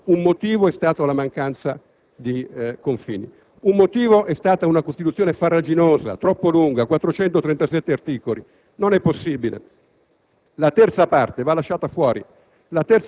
e olandese ha votato no. Un motivo è stato la mancanza di confini; un motivo è stato una Costituzione farraginosa, troppo lunga, di 437 articoli. Non è possibile.